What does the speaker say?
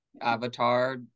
avatar